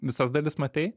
visas dalis matei